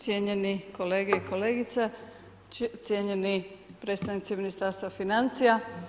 Cijenjeni kolege i kolegice, cijenjeni predstavnici Ministarstva financija.